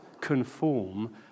conform